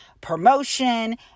promotion